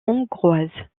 hongroise